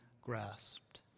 grasped